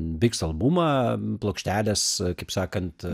biks albumą plokštelės kaip sakant